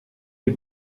les